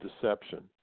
deception